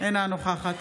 אינה נוכחת